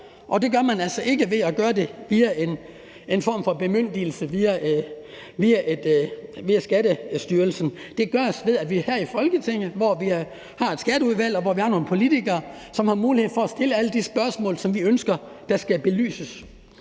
Og det gør man altså ikke ved at gøre det via en form for bemyndigelse gennem Skattestyrelsen. Det gøres ved, at det er her i Folketinget, hvor vi har et Skatteudvalg, og hvor vi har nogle politikere, som har mulighed for at stille alle de spørgsmål, som vi ønsker der skal belyses,